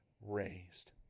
raised